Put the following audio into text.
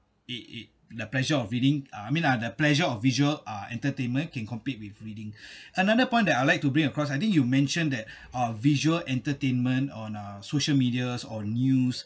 it it the pleasure of reading uh I mean uh the pleasure of visual uh entertainment can compete with reading another point that I'd like to bring across I think you mentioned that uh visual entertainment on a social medias or news